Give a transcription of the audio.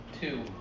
Two